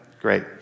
Great